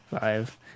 Five